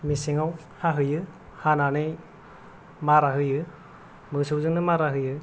मेसेङाव हाहैयो हानानै मारा होयो मोसौजोंनो मारा होयो